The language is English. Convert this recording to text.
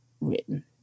written